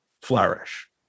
flourish